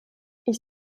ich